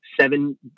seven